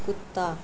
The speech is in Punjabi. ਕੁੱਤਾ